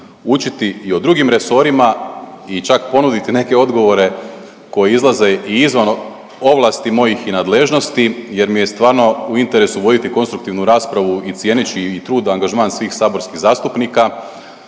učiti i o drugim resorima i čak ponuditi neke odgovore koji izlaze i izvan ovlasti mojih i nadležnosti jer mi je stvarno u interesu voditi konstruktivnu raspravu i cijeneći i trud, angažman svih saborskih zastupnika.